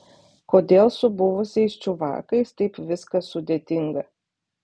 kodėl su buvusiais čiuvakais taip viskas sudėtinga